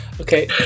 okay